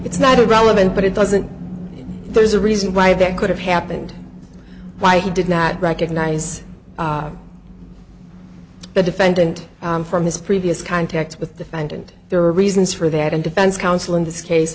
it's not irrelevant but it doesn't there's a reason why that could have happened why he did not recognize the defendant from his previous contacts with the find and there are reasons for that and defense counsel in this case